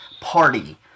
Party